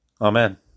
Amen